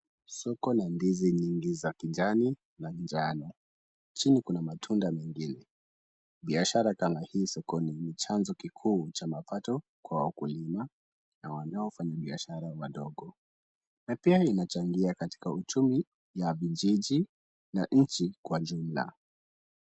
Soko la ndizi nyingi za kijani na njano. Chini kuna matunda mengine. Biashara kama hii sokoni ni chanzo kikuu cha mapato kwa wakulima na wanaofanya biashara wadogo na pia linachangia katika uchumi wa vijiji na nchi kwa jumla.